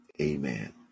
Amen